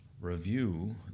review